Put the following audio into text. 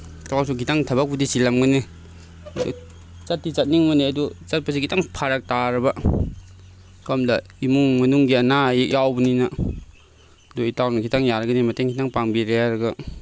ꯏꯇꯥꯎꯁꯨ ꯈꯤꯇꯪ ꯊꯕꯛꯄꯨꯗꯤ ꯆꯤꯜꯂꯝꯒꯅꯤ ꯆꯠꯇꯤ ꯆꯠꯅꯤꯡꯕꯅꯤ ꯑꯗꯨ ꯆꯠꯄꯁꯦ ꯈꯤꯇꯪ ꯐꯔꯛ ꯇꯥꯔꯕ ꯁꯣꯝꯗ ꯏꯃꯨꯡ ꯃꯅꯨꯡꯒꯤ ꯑꯅꯥ ꯑꯌꯦꯛ ꯌꯥꯎꯕꯅꯤꯅ ꯑꯗꯨ ꯏꯇꯥꯎꯅ ꯈꯤꯇꯪ ꯌꯥꯔꯒꯗꯤ ꯃꯇꯦꯡ ꯈꯤꯇꯪ ꯄꯥꯡꯕꯤꯔꯦ ꯍꯥꯏꯔꯒ